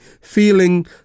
feeling